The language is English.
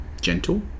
gentle